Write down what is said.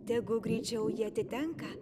tegu greičiau ji atitenka